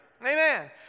Amen